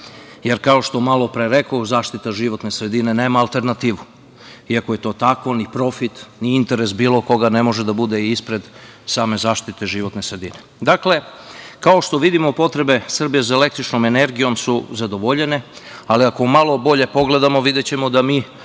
Jer, kao što malo pre rekoh, zaštita životne sredine nema alternativu. I ako je to tako, ni profit, ni interes bilo koga ne može da bude ispred same zaštite životne sredine. Dakle, kao što vidimo potrebe Srbije za električnom energijom su zadovoljene, ali ako malo bolje pogledamo videćemo da mi